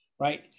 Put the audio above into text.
right